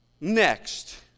next